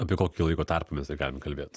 apie kokį laiko tarpą mes tai galim kalbėt